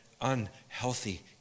unhealthy